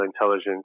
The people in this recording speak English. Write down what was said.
intelligence